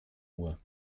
uhr